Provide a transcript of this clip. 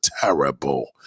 terrible